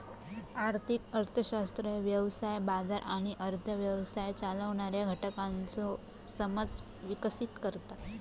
आर्थिक अर्थशास्त्र व्यवसाय, बाजार आणि अर्थ व्यवस्था चालवणाऱ्या घटकांचो समज विकसीत करता